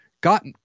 got